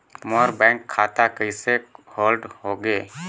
मोर bank खाता कइसे hold होगे?